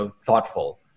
thoughtful